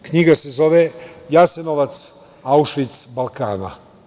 Knjiga se zove „Jasenovac - Aušvic Balkana“